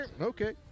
Okay